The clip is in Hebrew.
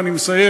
ואני מסיים,